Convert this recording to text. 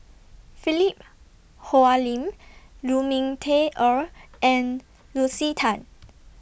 Philip Hoalim Lu Ming Teh Earl and Lucy Tan